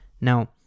Now